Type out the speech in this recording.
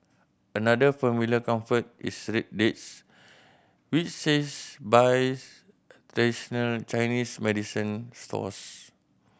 another familiar comfort is red dates which she's buys traditional Chinese medicine stores